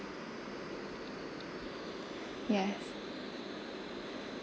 yes